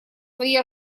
свои